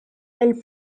elle